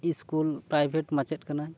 school ᱯᱨᱟᱭ ᱵᱷᱮᱴ ᱢᱟᱪᱮᱫ ᱠᱟᱹᱱᱟᱹᱧ